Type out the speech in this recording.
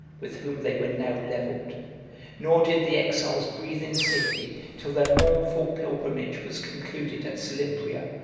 with whom they were now levelled nor did the exiles breathe in safety till their mournful pilgrimage was concluded at selymbria,